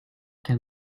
can